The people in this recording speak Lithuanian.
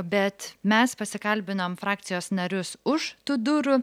bet mes pasikalbinom frakcijos narius už tų durų